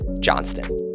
Johnston